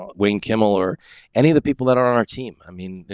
weighing kimmel or any of the people that are on our team. i mean,